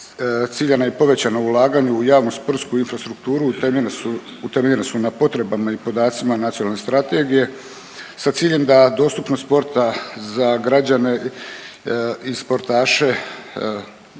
ciljana i povećana ulaganja u javno sportsku infrastrukturu utemeljena su na potrebama i podacima nacionalne strategije sa ciljem da dostupnost sporta za građane i sportaše,